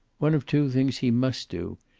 one of two things he must do,